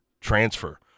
transfer